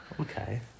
Okay